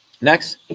Next